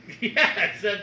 yes